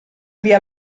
via